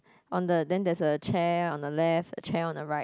on the then there's a chair on the left a chair on the right